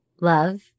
Love